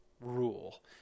rule